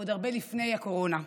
עוד הרבה לפני הקורונה.